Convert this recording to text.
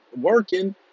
working